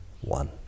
one